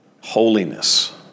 Holiness